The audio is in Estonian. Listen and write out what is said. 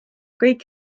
kõik